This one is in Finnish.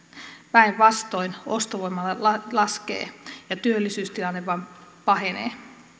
päinvastoin ostovoima laskee ja työllisyystilanne vain pahenee